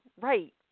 right